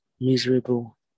miserable